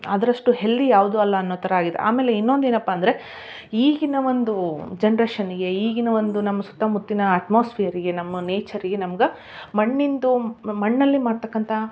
ಅದರಷ್ಟು ಹೆಲ್ದಿ ಯಾವುದೂ ಅಲ್ಲ ಅನ್ನೋ ಥರ ಆಗಿದೆ ಆಮೇಲೆ ಇನ್ನೊಂದು ಏನಪ್ಪ ಅಂದರೆ ಈಗಿನ ಒಂದೂ ಜನ್ರೇಷನ್ನಿಗೆ ಈಗಿನ ಒಂದು ನಮ್ಮ ಸುತ್ತಮುತ್ತಿನ ಅಟ್ಮಾಸ್ಫಿಯರಿಗೆ ನಮ್ಮ ನೇಚರಿಗೆ ನಮ್ಗೆ ಮಣ್ಣಿಂದು ಮಣ್ಣಲ್ಲಿ ಮಾಡ್ತಕ್ಕಂಥ